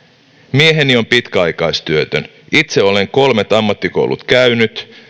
mieheni on pitkäaikaistyötön itse olen kolmet ammattikoulut käynyt